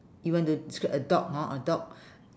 you want to describe a dog hor a dog